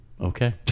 Okay